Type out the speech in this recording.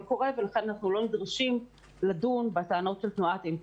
קורא ולכן אנחנו לא נדרשים לדון בטענות שלהם.